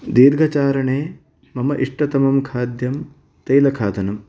दीर्घचारणे मम इष्टतमं खाद्यं तेलखादनम्